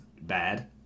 bad